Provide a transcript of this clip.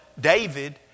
David